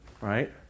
right